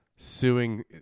suing